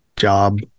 job